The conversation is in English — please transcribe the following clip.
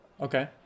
Okay